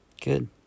Good